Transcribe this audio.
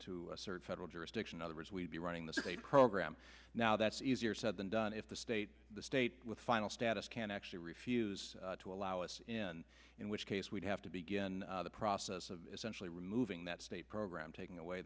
to serve federal jurisdiction otherwise we'd be running the state program now that's easier said than done if the state the state with final status can actually refuse to allow us in in which case we'd have to begin the process of essentially removing that state program taking away